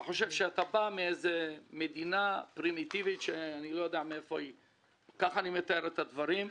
אתה חושב שאתה בא מאיזו מדינה פרימיטיבית כך אני מתאר את הדברים.